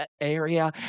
area